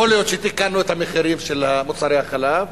יכול להיות שתיקנו את המחירים של מוצרי החלב,